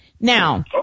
Now